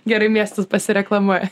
gerai miestas pasireklamuoja